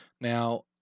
now